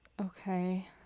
Okay